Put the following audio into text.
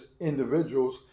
individuals